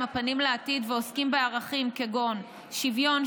הפנים לעתיד ועוסקים בערכים כגון שוויון,